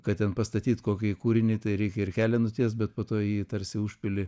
kad ten pastatyt kokį kūrinį tai reikia ir kelią nutiest bet po to jį tarsi užpili